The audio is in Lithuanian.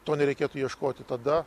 to nereikėtų ieškoti tada